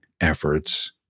efforts